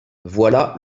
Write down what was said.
voilà